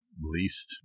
least